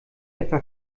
etwa